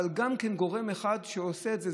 אבל גם גורם אחד שעושה את זה.